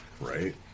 right